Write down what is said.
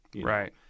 Right